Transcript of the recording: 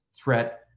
Threat